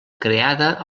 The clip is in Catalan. creada